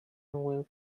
will